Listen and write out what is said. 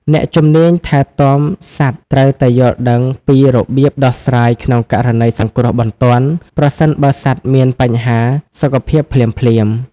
អ្នកជំនាញថែទាំសត្វត្រូវតែយល់ដឹងពីរបៀបដោះស្រាយក្នុងករណីសង្គ្រោះបន្ទាន់ ប្រសិនបើសត្វមានបញ្ហាសុខភាពភ្លាមៗ។